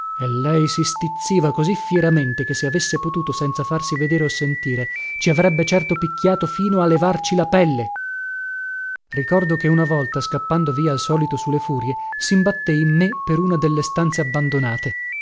e lei si stizziva così fieramente che se avesse potuto senza farsi vedere o sentire ci avrebbe certo picchiato fino a levarci la pelle ricordo che una volta scappando via al solito su le furie simbatté in me per una delle stanze abbandonate